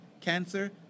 cancer